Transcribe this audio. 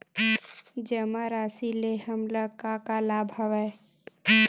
जमा राशि ले हमला का का लाभ हवय?